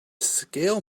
scale